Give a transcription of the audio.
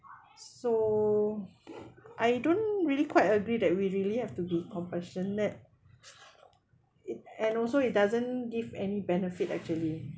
so I don't really quite agree that we really have to be compassionate it and also it doesn't give any benefit actually